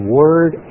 word